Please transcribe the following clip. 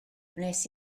wnes